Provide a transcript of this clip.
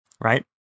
right